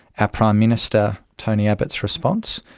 ah prime minister tony abbott's response?